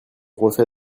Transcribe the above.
refait